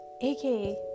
aka